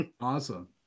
awesome